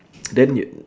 then your